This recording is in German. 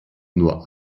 nur